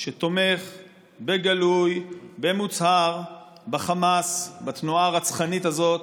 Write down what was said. שתומך בגלוי, במוצהר, בחמאס, בתנועה הרצחנית הזאת,